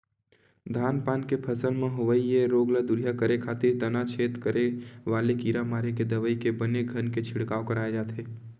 धान पान के फसल म होवई ये रोग ल दूरिहा करे खातिर तनाछेद करे वाले कीरा मारे के दवई के बने घन के छिड़काव कराय जाथे